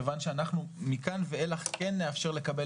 כיוון שמכאן ואילך אנחנו כן נאפשר לקבל